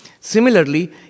Similarly